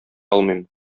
алмыйм